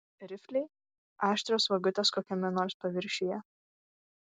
rifliai aštrios vagutės kokiame nors paviršiuje